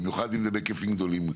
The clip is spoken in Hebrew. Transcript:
במיוחד אם זה בהיקפים גדולים.